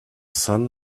sun